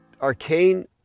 arcane